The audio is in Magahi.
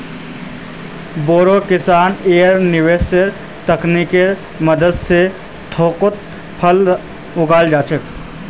बोरो किसान एयरोपोनिक्स तकनीकेर मदद स थोकोत फल उगा छोक